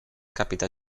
capità